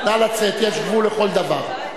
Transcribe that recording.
לצאת, יש גבול לכל דבר.